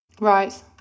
Right